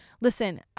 Listen